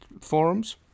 forums